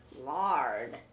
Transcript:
lard